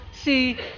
see